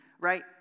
right